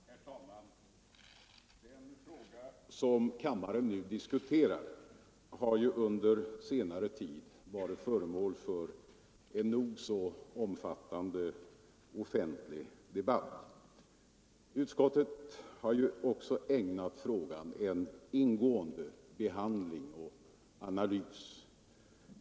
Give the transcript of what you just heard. Herr talman! Den fråga som kammaren nu diskuterar har ju under senare tid varit föremål för en nog så omfattande offentlig debatt. Utskottet har också ägnat frågan en ingående behandling och analys.